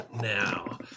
now